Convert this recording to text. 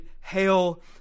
Hail